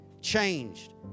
changed